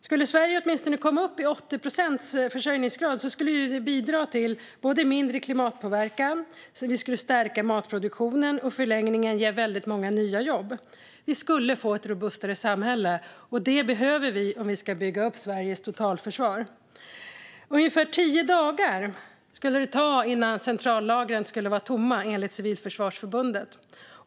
Skulle Sverige komma upp i åtminstone 80 procents försörjningsgrad skulle det bidra till mindre klimatpåverkan, stärka matproduktionen och i förlängningen ge väldigt många nya jobb. Vi skulle få ett robustare samhälle. Det behöver vi om vi ska bygga upp Sveriges totalförsvar. Ungefär tio dagar skulle det ta innan centrallagren stod tomma, enligt Civilförsvarsförbundet.